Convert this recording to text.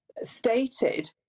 stated